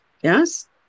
Yes